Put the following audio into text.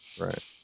right